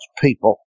people